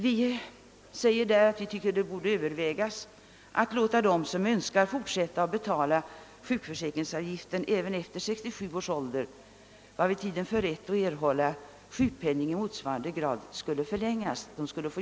Vi skriver i motionen att det borde övervägas att låta dem som så önskar fortsätta betalningen av sjukförsäkringsavgift efter 67 års ålder, varvid tiden för rätt att erhålla sjukpenning i motsvarande grad skulle förlängas.